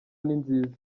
ninziza